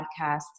podcast